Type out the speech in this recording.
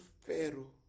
Pharaoh